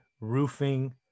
roofing